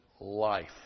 life